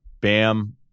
Bam